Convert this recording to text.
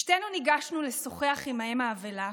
שתינו ניגשנו לשוחח עם האם האבלה,